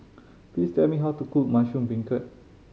please tell me how to cook mushroom beancurd